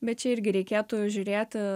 bet čia irgi reikėtų žiūrėti